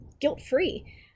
guilt-free